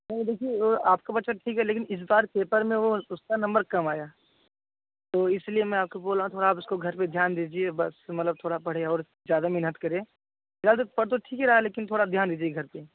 नहीं देखिए आपका बच्चा ठीक है लेकिन इस बार पेपर में वह उसका नंबर कम आया तो इसलिए मैं आपको बोल रहा हूँ थोड़ा आप उसको घर पर ध्यान दीजिए बस मतलब थोड़ा पढ़े और ज़्यादा मेहनत करे ज़्यादातर पढ़ तो ठीक ही रहा है लेकिन थोड़ा ध्यान दीजिए घर पर